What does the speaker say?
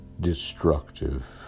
destructive